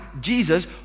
Jesus